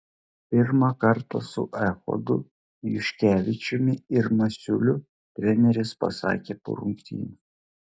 pirmą kartą su echodu juškevičiumi ir masiuliu treneris pasakė po rungtynių